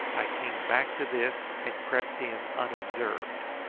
i came back to this and crept in unobserved.